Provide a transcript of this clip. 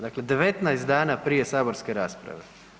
Dakle, 19 dana prije saborske rasprave.